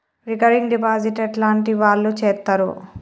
Recurring deposit ఎట్లాంటి వాళ్లు చేత్తరు?